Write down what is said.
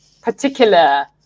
particular